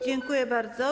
Dziękuję bardzo.